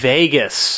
Vegas